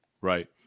Right